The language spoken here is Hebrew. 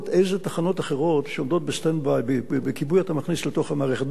איזה תחנות אחרות שעומדות בסטנד-ביי בכיבוי אתה מכניס לתוך המערכת,